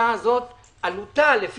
עלותה, לדבריכם,